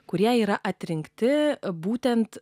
kurie yra atrinkti būtent